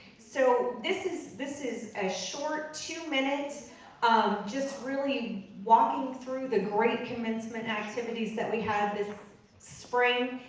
so this is this is a short, two-minute, um just really walking through the great commencement activities that we had this spring,